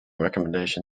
recommendation